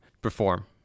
perform